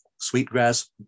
Sweetgrass